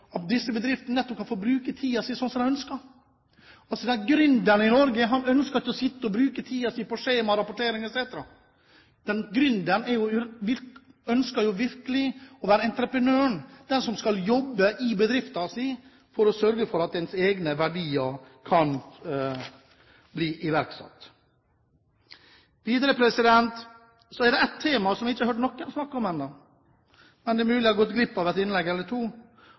at disse bedriftene nettopp kan få bruke tiden sin slik som de ønsker. Gründeren i Norge ønsker ikke å sitte og bruke tiden sin på skjemaer, rapporteringer etc. Gründeren ønsker jo virkelig å være entreprenøren, den som skal jobbe i bedriften sin for å sørge for at ens egne verdier kan bli iverksatt. Videre er det et tema som jeg ikke har hørt noe snakk om ennå, men det er mulig jeg har gått glipp av et innlegg eller to,